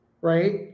right